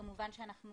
כמובן שאנחנו